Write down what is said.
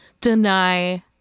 deny